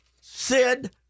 Sid